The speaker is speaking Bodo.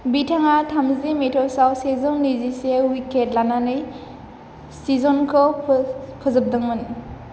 बिथाङा थामजि मेत'सआव सेजौ नैजिसे उइकेट लानानै सिजनखौ फोजोबदोंमोन